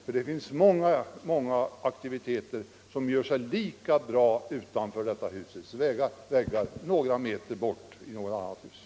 Det finns många aktiviteter som gör sig lika bra utanför detta hus, några meter bort i någon annan byggnad.